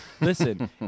Listen